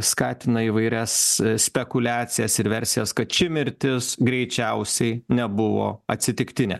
skatina įvairias spekuliacijas ir versijas kad ši mirtis greičiausiai nebuvo atsitiktinė